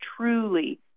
truly